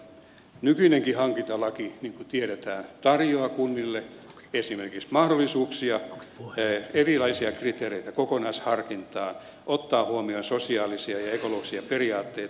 nykyinenkin hankintalaki niin kuin tiedetään tarjoaa kunnille esimerkiksi mahdollisuuksia erilaisia kriteereitä kokonaisharkintaan ottaa huomioon sosiaalisia ja ekologisia periaatteita